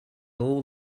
all